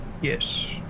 Yes